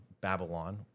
Babylon